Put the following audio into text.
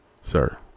Sir